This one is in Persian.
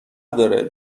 داره